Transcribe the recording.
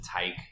take